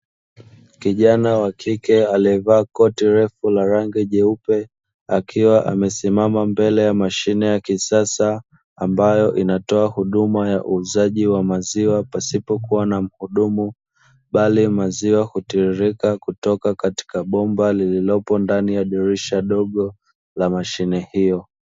Kijana wa kike aliyevaa koti refu la rangi nyeupe, akiwa amesimama mbele ya mashine ya kisasa, ambayo inatoa huduma ya uuzaji wa maziwa pasipokuwa na mhudumu, bali maziwa hutiririka kutoka katika bomba lililopo ndani ya dirisha dogo la mashine hiyo.